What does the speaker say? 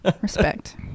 Respect